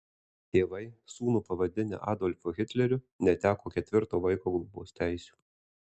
tėvai sūnų pavadinę adolfu hitleriu neteko ketvirto vaiko globos teisių